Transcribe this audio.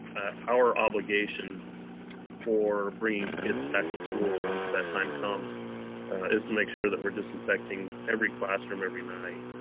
our obligation for bringing kids back to school once that time comes is to make sure that we're disinfecting every classroom every night.